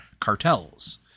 cartels